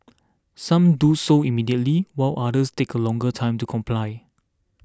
some do so immediately while others take a longer time to comply